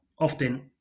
often